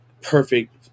perfect